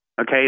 Okay